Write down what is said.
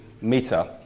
meter